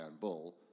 bull